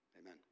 Amen